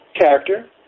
character